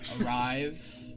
arrive